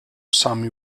sami